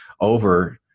over